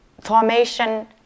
formation